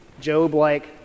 Job-like